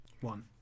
one